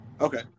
Okay